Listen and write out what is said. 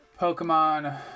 Pokemon